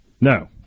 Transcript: No